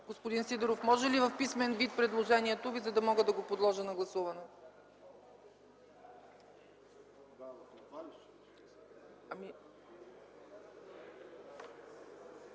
Господин Сидеров, може ли в писмен вид предложението Ви, за да мога да го подложа на гласуване?